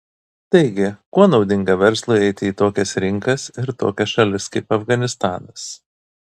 taigi kuo naudinga verslui eiti į tokias rinkas ir tokias šalis kaip afganistanas